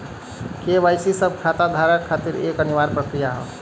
KYC सब खाता धारक खातिर एक अनिवार्य प्रक्रिया हौ